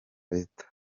leta